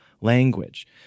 language